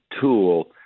tool